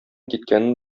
киткәнен